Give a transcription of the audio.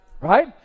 Right